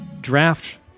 draft